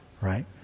right